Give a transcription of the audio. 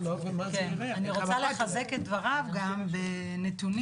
אני רוצה לחזק את דבריו גם בנתונים,